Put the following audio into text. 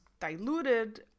diluted